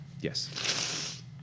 Yes